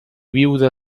viuda